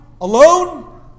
alone